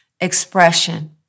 expression